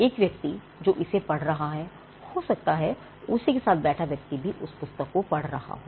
एक व्यक्ति जो इसे पढ़ रहा है हो सकता है उसी के साथ बैठा व्यक्ति भी उसी पुस्तक को पढ़ रहा हो